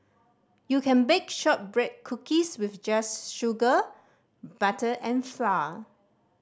you can bake shortbread cookies with just sugar butter and flour